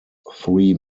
three